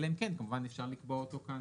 אלא אם כן, אפשר לקבוע אותו כאן